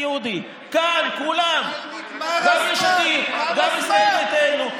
אזרחות" לשם הגעתם.